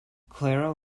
clara